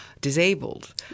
disabled